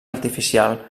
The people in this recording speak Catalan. artificial